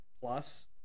Plus